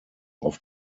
auf